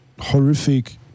horrific